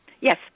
Yes